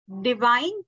divine